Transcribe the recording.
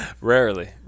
Rarely